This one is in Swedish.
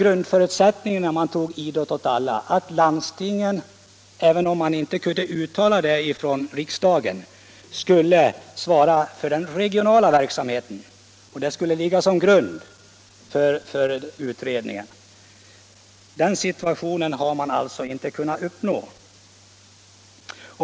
Grundtanken i Idrott åt alla var att landstingen skulle svara för den regionala verksamheten, men den situationen har man alltså inte kunnat uppnå.